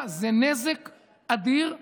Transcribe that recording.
דוד הראל לתפקיד נשיא האקדמיה למדעים.